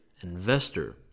investor